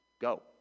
Go